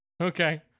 Okay